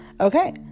Okay